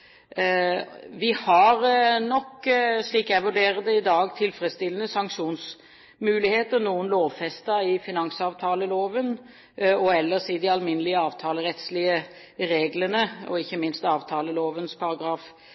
Vi har nok, slik jeg vurderer det, i dag tilfredsstillende sanksjonsmuligheter – noen lovfestet i finansavtaleloven og ellers i de alminnelige avtalerettslige reglene og ikke